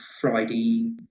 Friday